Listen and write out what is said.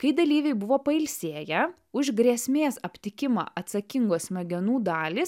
kai dalyviai buvo pailsėję už grėsmės aptikimą atsakingos smegenų dalys